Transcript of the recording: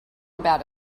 about